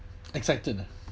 excited ah